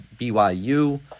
BYU